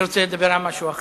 אני רוצה לדבר על משהו אחר,